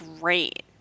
great